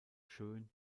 schön